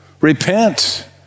repent